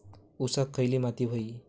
ऊसाक खयली माती व्हयी?